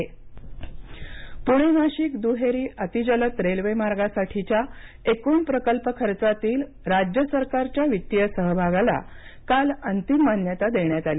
प्णे नाशिक पूणे नाशिक दुहेरी अतिजलद रेल्वे मार्गासाठीच्या एकूण प्रकल्प खर्चातील राज्य सरकारच्या वित्तीय सहभागाला काल अंतिम मान्यता देण्यात आली